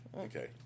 Okay